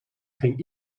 ging